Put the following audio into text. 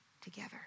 together